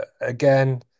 again